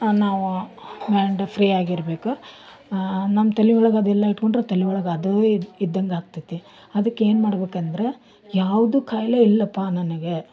ನಾವು mind free ಆಗಿರಬೇಕು ನಮ್ಮ ತಲೆ ಒಳಗೆ ಅದೆಲ್ಲ ಇಟ್ಕೊಂಡ್ರೆ ತಲೆ ಒಳಗ ಅದು ಇದ್ದಂಗೆ ಆಗ್ತತ್ತಿ ಅದ್ಕೇನು ಮಾಡ್ಬೇಕಂದ್ರೆ ಯಾವುದೂ ಕಾಯಿಲೆ ಇಲ್ಲಪ್ಪ ನನಗೆ